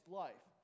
life